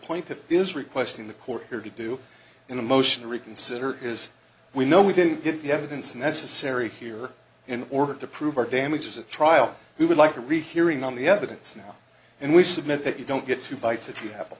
plaintiffs is requesting the court here to do in a motion to reconsider is we know we didn't get the evidence necessary here in order to prove our damages a trial we would like a rehearing on the evidence now and we submit that you don't get two bites if you have